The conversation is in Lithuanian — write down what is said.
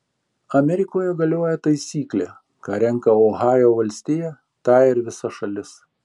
amerikoje galioja taisyklė ką renka ohajo valstija tą ir visa šalis